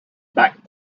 back